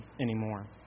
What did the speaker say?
anymore